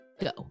go